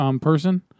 person